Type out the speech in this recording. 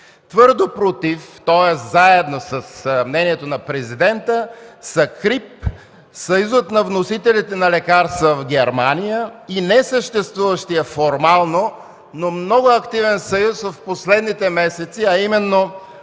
Твърдо против, тоест, заедно с мнението на Президента са КРИБ, Съюзът на вносителите на лекарства в Германия и несъществуващият формално, но много активен съюз в последните месеци, а именно